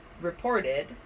reported